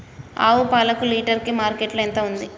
ఆవు పాలకు లీటర్ కి మార్కెట్ లో ఎంత ఉంది?